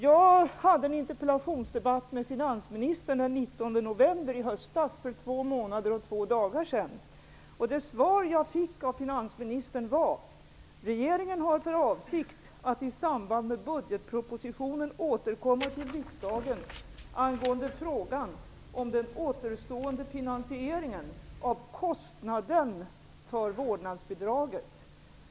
Jag hade en interpellationsdebatt med finansministern den 19 november i höstas, för två månader och två dagar sedan. Det svar jag fick av finansministern var: ''Regeringen har för avsikt att i samband med budgetpropositionen återkomma till riksdagen angående frågan om den återstående finansieringen av kostnaden för vårdnadsbidraget.''